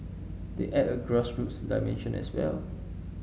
they add a grassroots dimension as well